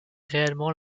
réellement